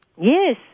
Yes